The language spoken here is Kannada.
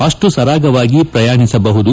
ಅಷ್ಟು ಸರಾಗವಾಗಿ ಪ್ರಯಾಣಿಸಬಹುದು